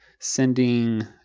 Sending